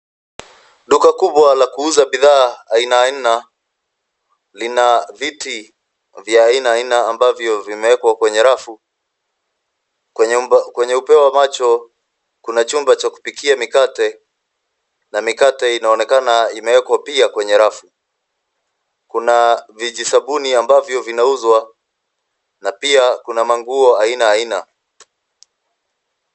Duka kubwa la kuuza bidhaa aina aina lina viti vya aina aina ambavyo vimewekwa kwenye rafu. Kwenye upeo wa macho, Kuna chumba cha kupikia mikate na mikate inaonekana imewekwa pia kwenye rafu. Kuna vijisabuni ambavyo vinauzwa na pia kuna manguo aina aina.